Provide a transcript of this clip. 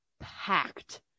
Packed